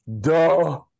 duh